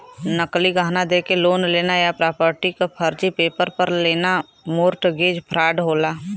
नकली गहना देके लोन लेना या प्रॉपर्टी क फर्जी पेपर पर लेना मोर्टगेज फ्रॉड होला